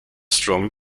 strong